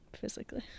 physically